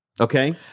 okay